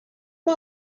mae